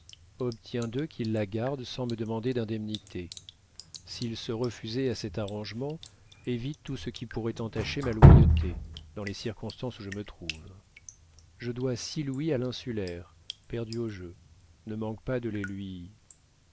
obtiens d'eux qu'ils la gardent sans me demander d'indemnité s'ils se refusaient à cet arrangement évite tout ce qui pourrait entacher ma loyauté dans les circonstances où je me trouve je dois six louis à l'insulaire perdus au jeu ne manque pas de les lui